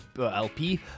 LP